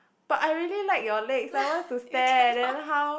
but I really like your legs I want to stare then how